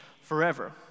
forever